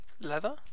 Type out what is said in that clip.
Leather